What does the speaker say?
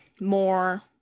more